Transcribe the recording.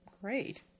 Great